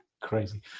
Crazy